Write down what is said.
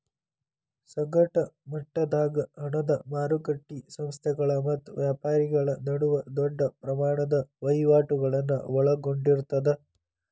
ಸಗಟ ಮಟ್ಟದಾಗ ಹಣದ ಮಾರಕಟ್ಟಿ ಸಂಸ್ಥೆಗಳ ಮತ್ತ ವ್ಯಾಪಾರಿಗಳ ನಡುವ ದೊಡ್ಡ ಪ್ರಮಾಣದ ವಹಿವಾಟುಗಳನ್ನ ಒಳಗೊಂಡಿರ್ತದ